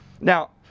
Now